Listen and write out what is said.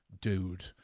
dude